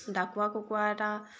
ডাকুৱা কুকুৰা এটা